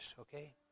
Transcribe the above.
Okay